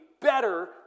better